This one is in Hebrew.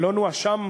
שלא נואשם,